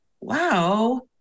wow